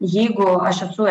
jeigu aš esu